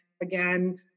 again